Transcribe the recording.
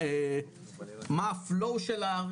מה flow שלה,